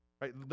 right